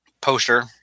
poster